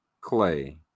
Clay